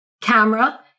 camera